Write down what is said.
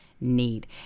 need